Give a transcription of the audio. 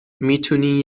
میتونی